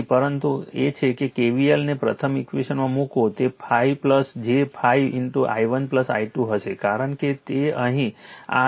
તેથી પરંતુ પ્રશ્ન એ છે કે KVL ને પ્રથમ ઈક્વેશનમાં મૂકો તે 5 j 5 i1 i2 હશે કારણ કે અહીં આ તે i2 છે અને આ i1 છે